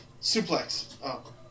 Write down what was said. Suplex